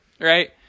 right